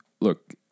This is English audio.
look